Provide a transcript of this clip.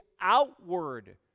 outward